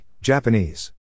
Japanese